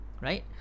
right